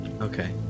Okay